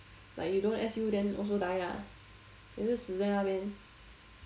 like you don't S_U then also die ah 也是死在那边